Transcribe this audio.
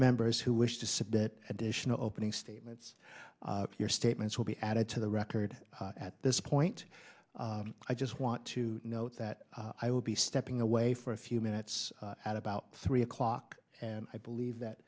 members who wish to submit additional opening statements your statements will be added to the record at this point i just want to note that i will be stepping away for a few minutes at about three o'clock and i believe that